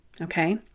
Okay